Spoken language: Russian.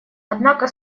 однако